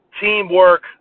teamwork